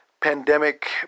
pandemic